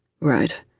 Right